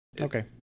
okay